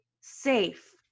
safe